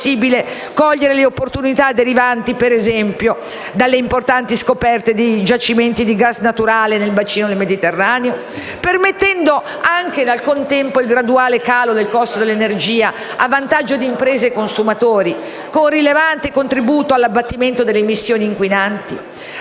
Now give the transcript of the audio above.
rendano possibile cogliere le opportunità derivanti, ad esempio, dalle importanti scoperte di giacimenti di gas naturale nel bacino del Mediterraneo, permettendo, nel contempo, il graduale calo del costo dell'energia, a vantaggio di imprese e consumatori, con rilevante contributo all'abbattimento delle emissioni inquinanti?